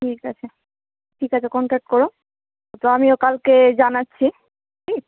ঠিক আছে ঠিক আছে কন্ট্যাক্ট করো তো আমিও কালকে জানাচ্ছি হুম